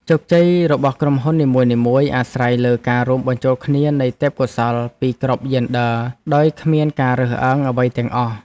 ជោគជ័យរបស់ក្រុមហ៊ុននីមួយៗអាស្រ័យលើការរួមបញ្ចូលគ្នានៃទេពកោសល្យពីគ្រប់យេនឌ័រដោយគ្មានការរើសអើងអ្វីទាំងអស់។